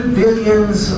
billions